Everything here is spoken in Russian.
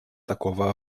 такого